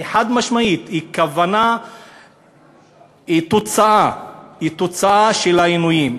היא חד-משמעית תוצאה של העינויים.